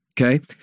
Okay